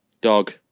Dog